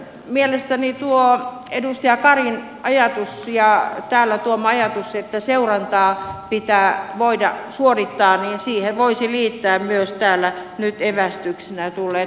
mielestäni tuohon edustaja karin täällä tuomaan ajatukseen että seurantaa pitää voida suorittaa voisi liittää myös täällä nyt evästyksenä tulleet puheenvuorot vielä